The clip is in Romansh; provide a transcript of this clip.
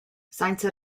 sainza